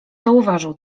zauważył